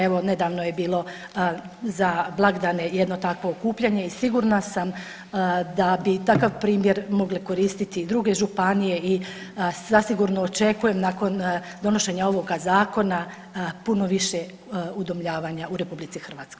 Evo nedavno je bilo za blagdane jedno takvo okupljanje i sigurna sam da bi takav primjer mogle koristiti i druge županije i zasigurno očekujem nakon donošenja ovoga zakona puno više udomljavanja u RH.